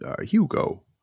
Hugo